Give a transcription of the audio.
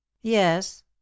yes